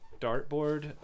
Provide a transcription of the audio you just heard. dartboard